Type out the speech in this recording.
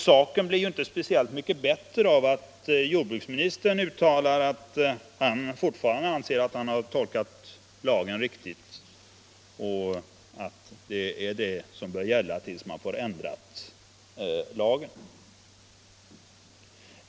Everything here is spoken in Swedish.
Saken blir inte speciellt mycket bättre av att justitieministern uttalar att han fortfarande anser att han har tolkat lagen riktigt och att det är den tolkningen som bör gälla tills lagen blir ändrad.